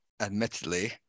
admittedly